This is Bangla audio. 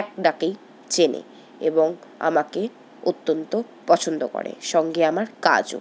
এক ডাকেই চেনে এবং আমাকে অত্যন্ত পছন্দ করে সঙ্গে আমার কাজও